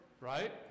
Right